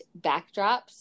backdrops